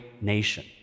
nation